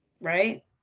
Right